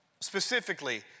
specifically